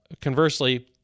Conversely